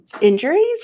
injuries